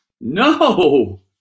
No